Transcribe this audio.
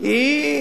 לא